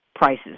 prices